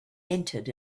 entered